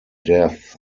death